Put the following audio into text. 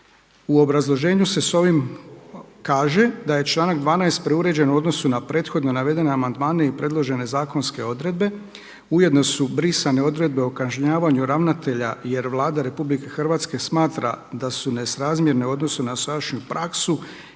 U obrazloženju se sa ovim kaže da je članak 12. preuređen u odnosu na prethodno navedene amandmane i predložene zakonske odredbe. Ujedno su brisane odredbe o kažnjavanju ravnatelja, jer Vlada RH smatra da su nesrazmjerne u odnosu na dosadašnju praksu